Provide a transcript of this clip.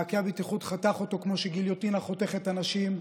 מעקה הבטיחות חתך אותו כמו שגיליוטינה חותכת אנשים.